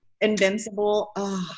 Invincible